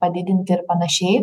padidinti ir panašiai